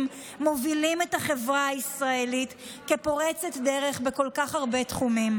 מובילים את החברה הישראלית כפורצת דרך בכל כך הרבה תחומים.